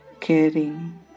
caring